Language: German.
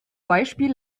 beispiel